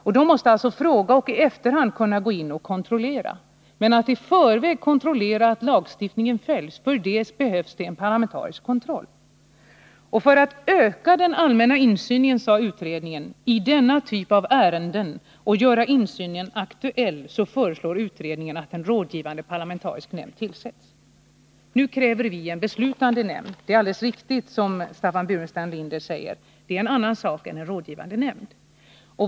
Utskottet måste fråga sig fram och i efterhand gå in och kontrollera hur affärer skötts. Men för att i förväg kontrollera att lagstiftningen följs behövs det en parlamentarisk kontroll. För att öka den allmänna insynen i denna typ av ärenden och göra insynen aktuell föreslog den dåvarande utredningen att en rådgivande parlamentarisk nämnd tillsätts. Nu kräver vi en beslutande nämnd — det är alldeles riktigt som Staffan Burenstam Linder säger. Det är en annan sak än en rådgivande nämnd.